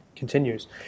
Continues